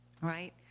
right